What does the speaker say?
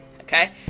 okay